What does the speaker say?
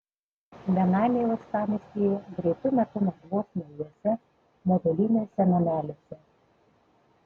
benamiai uostamiestyje greitu metu nakvos naujuose moduliniuose nameliuose